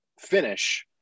finish –